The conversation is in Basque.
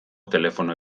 telefono